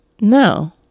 No